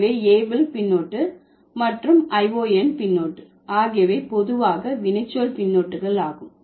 எனவே able பின்னொட்டு மற்றும் -ion பின்னொட்டு ஆகியவை பொதுவாக வினைச்சொல் பின்னொட்டுகளாகும்